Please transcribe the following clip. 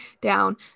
down